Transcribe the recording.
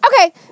okay